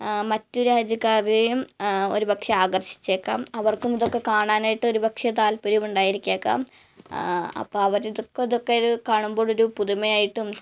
മറ്റ് രാജ്യക്കാരേയും ഒരു പക്ഷെ ആകര്ഷിച്ചേക്കാം അവര്ക്കും ഇതൊക്കെ കാണാനായിട്ട് ഒരു പക്ഷെ താല്പര്യം ഉണ്ടായിരുന്നിരിക്കാം അപ്പം അവരിതൊക്കെ ഇതൊക്കെ ഒരു കാണുമ്പൊഴ് ഒരു പുതുമയായിട്ടും